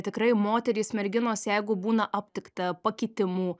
tikrai moterys merginos jeigu būna aptikta pakitimų